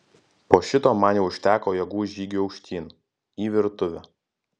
po šito man jau užteko jėgų žygiui aukštyn į virtuvę